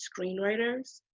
screenwriters